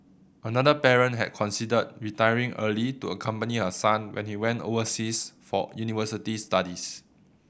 another parent had considered retiring early to accompany her son when he went overseas for university studies